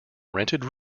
rented